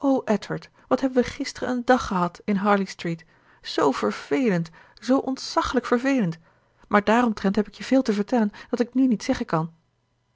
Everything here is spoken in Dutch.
wat hebben we gisteren een dag gehad in harley street z vervelend zoo ontzaglijk vervelend maar dààromtrent heb ik je veel te vertellen dat ik nu niet zeggen kan